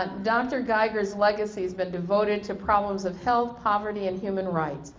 ah dr. geiger's legacy has been devoted to problems of health, poverty and human rights,